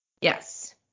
Yes